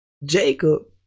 Jacob